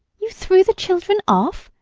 you threw the children off?